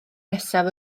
nesaf